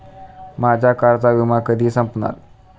माझ्या कारचा विमा कधी संपणार